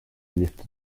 lifted